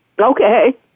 Okay